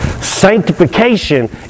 Sanctification